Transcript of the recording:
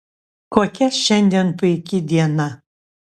kokia šiandien puiki diena